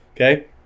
okay